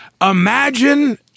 imagine